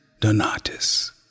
Donatus